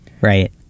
Right